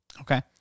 Okay